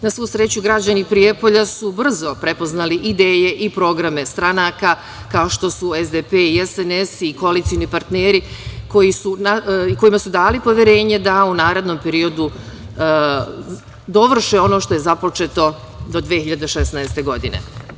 Na svu sreću, građani Prijepolja su brzo prepoznali ideje i programe stranaka, kao što su SDP i SNS i koalicioni partneri, kojima su dali poverenje da u narednom periodu dovrše ono što je započeto do 2016. godine.